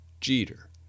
Jeter